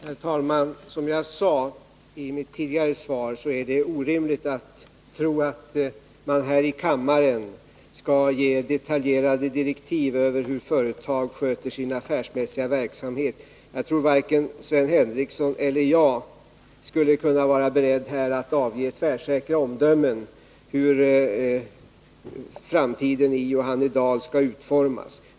Herr talman! Som jag sade i mitt tidigare svar är det orimligt att här i kammaren avge detaljerade direktiv för hur ett företag skall sköta sin affärsmässiga verksamhet. Jag tror att varken Sven Henricsson eller jag skulle vara beredda att här avge tvärsäkra omdömen om hur framtiden i Johannedal skall utformas.